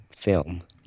film